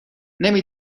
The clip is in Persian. نمی